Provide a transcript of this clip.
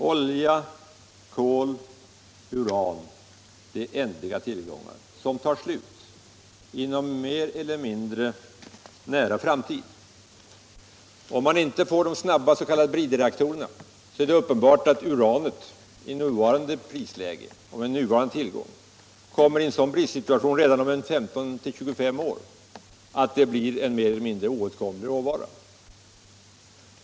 Olja, kol och uran är ändliga tillgångar, som tar slut inom en mer eller mindre nära framtid. Om man inte får de snabba s.k. bridreaktorerna, vilket verkar ogörligt, är det uppenbart att man i fråga om uranet, med nuvarande prisläge och med nuvarande tillgång, om 15-25 år kommer i en sådan bristsituation att det blir en mer eller mindre oåtkomlig råvara.